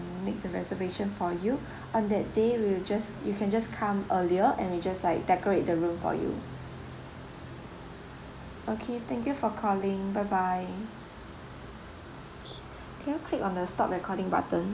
make the reservation for you on that day we will just you can just come earlier and we just like decorate the room for you okay thank you for calling bye bye can you click on the stop recording button